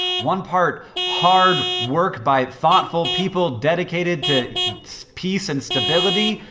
one part hard work by thoughtful people dedicated to peace and stability,